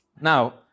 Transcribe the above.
Now